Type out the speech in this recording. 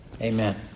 Amen